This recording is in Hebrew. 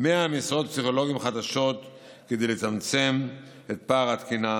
100 משרות פסיכולוגים חדשות כדי לצמצם את פער התקינה,